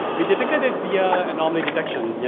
we did and did via anomaly detection. yeah